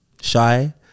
shy